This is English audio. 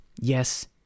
Yes